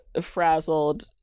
frazzled